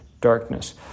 darkness